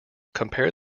compare